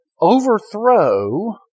overthrow